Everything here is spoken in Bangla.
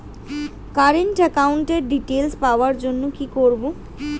কারেন্ট একাউন্টের ডিটেইলস পাওয়ার জন্য কি করব?